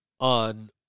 on